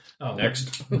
Next